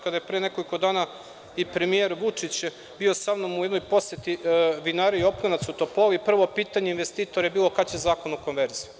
Kada je pre nekoliko dana i premijer Vučić bio sa mnom u jednoj poseti vinariji Oplenac u Topoli, prvo pitanje investitora je bilo – kad će zakon o konverziji?